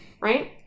right